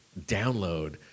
download